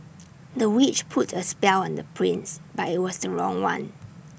the witch put A spell on the prince but IT was the wrong one